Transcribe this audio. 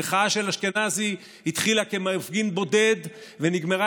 המחאה של אשכנזי התחילה כמפגין בודד ונגמרה